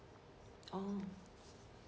orh